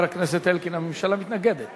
חבר הכנסת אלקין, הממשלה מתנגדת